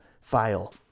file